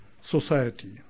society